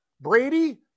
Brady